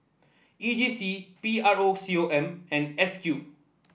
E J C P R O C O M and S Q